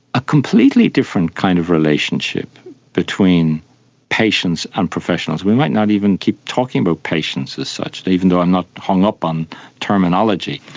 a completely different kind of relationship between patients and professionals. we might not even keep talking about patients as such, even though i'm not hung up on terminology.